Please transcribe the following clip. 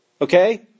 Okay